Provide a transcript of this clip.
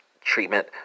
treatment